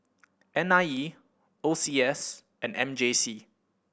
N I E O C S and M J C